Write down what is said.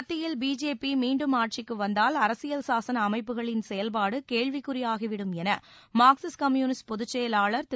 மத்தியில் பிஜேபி மீண்டும் ஆட்சிக்கு வந்தால் அரசியல் சாசன அமைப்புகளின் செயல்பாடு கேள்விக்குறியாகிவிடும் என மார்க்சிஸ்ட் கம்யூனிஸ்ட் பொதுச் செயலாளர் திரு